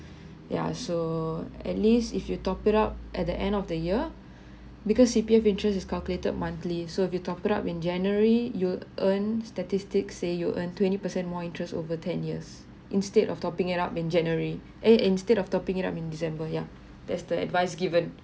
ya so at least if you top it up at the end of the year because C_P_F interest is calculated monthly so if you top it up in january you earned statistics say you earn twenty percent more interest over ten years instead of topping it up in january eh instead of topping it up in december ya that's the advice given